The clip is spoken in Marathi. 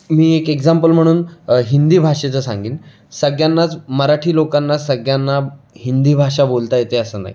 मी एक एक्झाम्पल म्हणून हिंदी भाषेचं सांगेन सगळ्यांनाच मराठी लोकांना सगळ्यांना हिंदी भाषा बोलता येते असं नाही